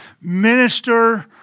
minister